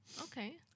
okay